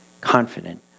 confident